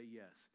yes